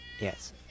Yes